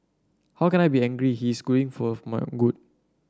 how can I be angry he is going for my good